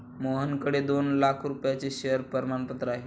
मोहनकडे दोन लाख रुपयांचे शेअर प्रमाणपत्र आहे